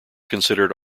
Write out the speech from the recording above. considered